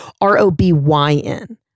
R-O-B-Y-N